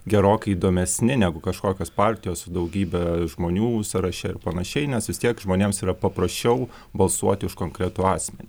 gerokai įdomesni negu kažkokios partijos su daugybe žmonių sąraše ir panašiai nes vis tiek žmonėms yra paprasčiau balsuoti už konkretų asmenį